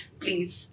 please